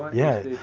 yeah.